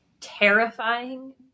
terrifying